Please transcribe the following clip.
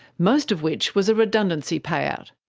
most of which was a redundancy payout.